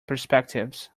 perspectives